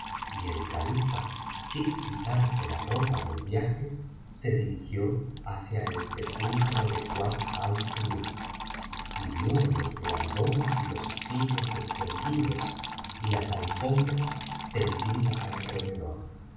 y el califa sin quitarse la ropa del viaje se dirigió hacia el sepulcro de kuat al kulub y vio los blandones y los cirios encendidos y las alfombras tendidas alrededor